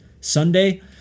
Sunday